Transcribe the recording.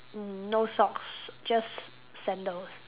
no socks just sandals